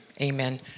amen